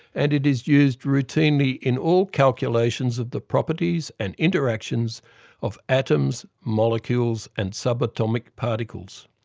and it is used routinely in all calculations of the properties and interactions of atoms, molecules and sub-atomic particles.